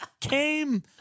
came